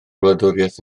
wladwriaeth